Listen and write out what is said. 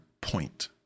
point